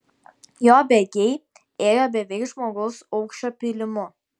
jo bėgiai ėjo beveik žmogaus aukščio pylimu